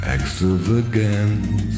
Extravagance